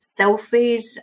selfies